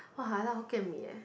!wah! I like Hokkien Mee eh